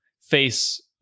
face